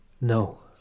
No